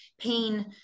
pain